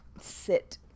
sit